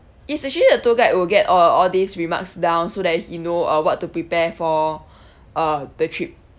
it's actually a tour guide will get all all these remarks down so that he know uh what to prepare for uh the trip